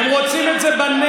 הם רוצים את זה בנגב.